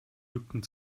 mücken